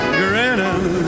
grinning